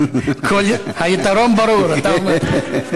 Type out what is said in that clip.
היתרון ברור, אתה אומר.